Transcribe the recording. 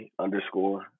underscore